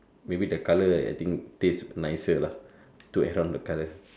maybe the colour I think taste nicer lah to add on the colour